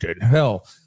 hell